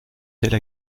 telle